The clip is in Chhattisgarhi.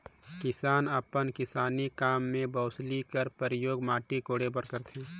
किसान अपन किसानी काम मे बउसली कर परियोग माटी कोड़े बर करथे